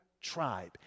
Tribe